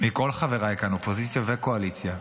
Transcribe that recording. מכל חבריי כאן, אופוזיציה וקואליציה: